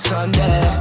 Sunday